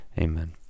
Amen